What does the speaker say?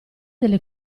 delle